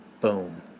Boom